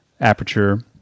Aperture